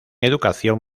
educación